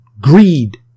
Greed